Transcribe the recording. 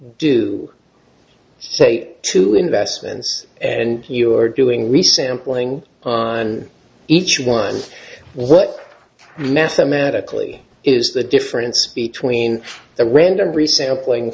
do say two investments and you are doing research and playing on each one what mathematically is the difference between a random reset of playing